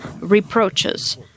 reproaches